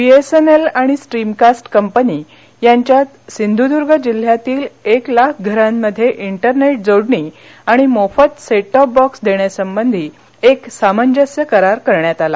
BSNL आणि stream cast company यांच्यात सिंधुदुर्ग जिल्ह्यातील एक लाख घरांमध्ये इंटरनेट जोडणी आणि मोफत सेट टॉप बॉक्स देण्यासंबधी काल एक सामंजस्य करार करण्यात आला